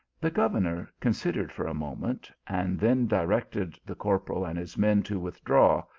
the governor considered for a moment, and then directed the corporal and his men to withdraw,